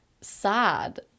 sad